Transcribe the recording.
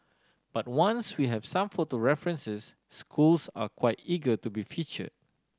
but once we have some photo references schools are quite eager to be featured